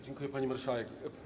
Dziękuję, pani marszałek.